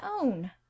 own